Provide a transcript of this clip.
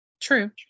True